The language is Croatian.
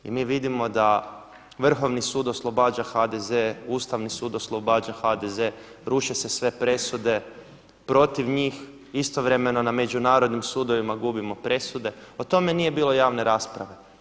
I mi vidimo da Vrhovni sud oslobađa HDZ, Ustavni sud oslobađa HDZ, ruše se sve presude, protiv njih istovremeno na međunarodnim sudovima gubimo presude, o tome nije bilo javne rasprave.